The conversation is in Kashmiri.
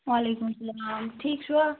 وعلیکُم اسلام ٹھیٖک چھِوا